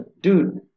dude